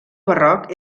barroc